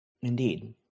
Indeed